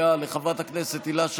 מלכיאלי